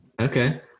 Okay